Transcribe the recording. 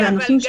גם